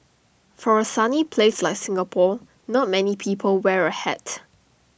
for A sunny place like Singapore not many people wear A hat